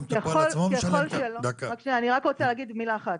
אני רק רוצה להגיד מילה אחת,